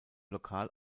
lokal